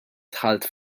dħalt